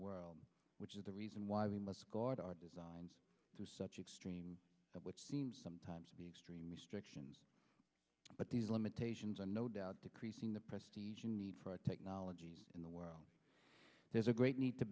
world which is the reason why we must guard our designs to such extreme which seems sometimes extreme restrictions but these limitations are no doubt decreasing the prestige and need for technologies in the world there's a great need to